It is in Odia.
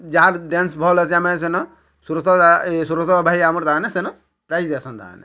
ଯାହା ଡ୍ୟାନ୍ସ ଭଲ୍ ଅଛି ଆମେ ସେନ ସୁରତ ଦାସ ଏ ସୁରତ ଭାଇ ଆମର୍ ଦାନେ ସେନ ପ୍ରାଇଜ୍ ଦେଇସନ୍ ତାନେ